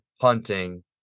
hunting